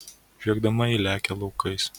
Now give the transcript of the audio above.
žviegdama ji lekia laukais